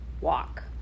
walk